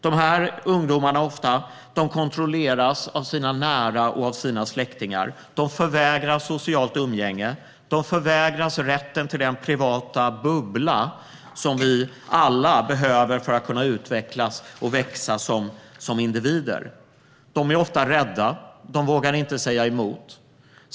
Dessa ungdomar, som det ofta är, kontrolleras av sina nära och sina släktingar. De förvägras socialt umgänge och rätten till den privata bubbla som vi alla behöver för att kunna utvecklas och växa som individer. De är ofta rädda och vågar inte säga emot.